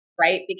right